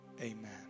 Amen